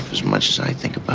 as much as i think